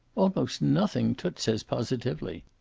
almost nothing, toots says positively.